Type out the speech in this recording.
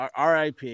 RIP